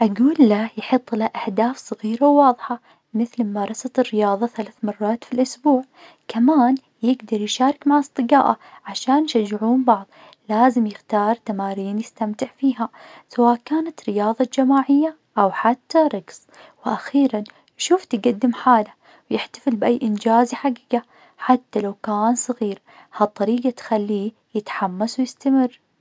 أقوله يحطله أهداف صغيرة وواضحة, مثل ممارسة ممارسة الرياضة ثلاث مرات في الأسبوع, كمان يقدر يشارك مع أصدقائه عشان يشجعون بعض لازم يختار تمارين يستمتع فيها, سواء كانت رياضة جماعية, أو حتى رقص, وأخيراً شوف تقدم حاله, ويحتفل بأي إنجاز يحققه حتى لو كان صغير, عن طريقة تخليه يتحمس ويستمر.